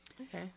Okay